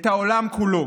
את העולם כולו.